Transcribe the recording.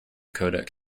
codec